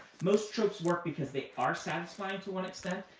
most tropes work because they are satisfying to one extent.